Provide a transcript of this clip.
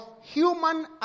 human